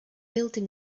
building